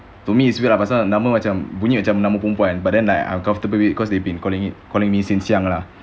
to me it's weird lah pasal nama macam bunyi macam nama perempuan but then I'm like comfortable with it because they've been calling it calling me since young lah